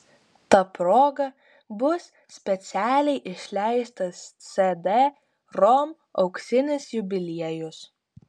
ta proga bus specialiai išleistas cd rom auksinis jubiliejus